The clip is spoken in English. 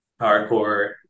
hardcore